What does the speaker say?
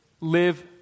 live